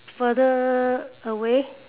further away